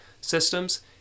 systems